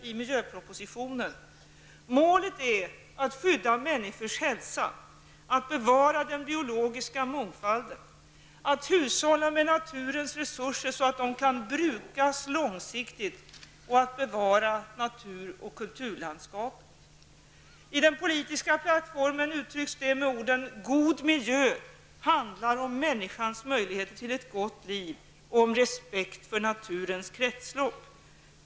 I miljöpropositionen står: Målet är att skydda människors hälsa, att bevara den biologiska mångfalden, att hushålla med naturens resurser så att de kan brukas långsiktigt och att bevara natur och kulturlandskapet. I den politiska plattformen uttrycks det med orden: God miljö handlar om människans möjligheter till ett gott liv och om respekt för naturens kretslopp.